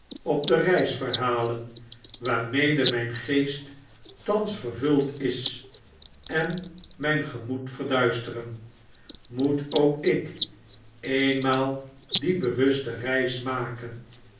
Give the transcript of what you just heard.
op de reisverhalen waarmede mijn geest thans vervuld is en mijn gemoed verduisteren moet ook ik eenmaal die bewustereis maken